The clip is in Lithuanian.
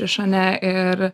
iš ane ir